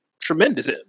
tremendous